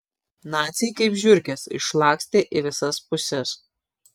naciai kaip žiurkės išlakstė į visas puses